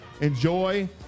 enjoy